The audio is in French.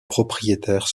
propriétaires